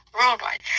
worldwide